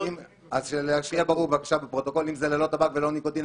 אז שיהיה ברור בפרוטוקול אם זה ללא טבק וללא ניקוטין,